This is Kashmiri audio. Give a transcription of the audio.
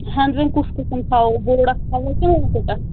ہٮ۪نٛد وٮ۪نٛد کُس قٕسٕم تھاوو بوٚڑ اَکھ تھاووا کِنہٕ لۄکُٹ اَکھ